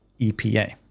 EPA